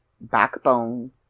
backbone